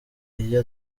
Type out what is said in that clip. iyo